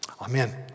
Amen